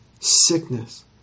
sickness